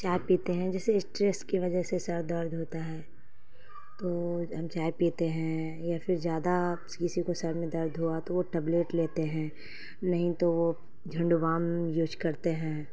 چائے پیتے ہیں جیسے اسٹریس کی وجہ سے سر درد ہوتا ہے تو ہم چائے پیتے ہیں یا پھر زیادہ کسی کو سر میں درد ہوا تو وہ ٹبلیٹ لیتے ہیں نہیں تو وہ جھنڈو بام یوز کرتے ہیں